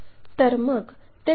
तर मग ते पाहू